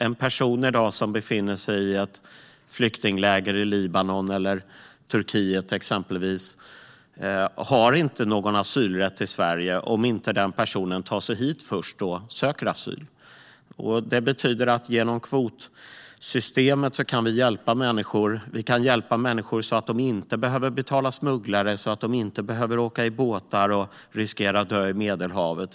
En person som i dag befinner sig i ett flyktingläger i exempelvis Libanon eller Turkiet har inte någon asylrätt i Sverige, om personen inte tar sig hit först och söker asyl. Genom kvotsystemet kan vi hjälpa människor så att de inte behöver betala smugglare eller åka i båtar och riskera att dö i Medelhavet.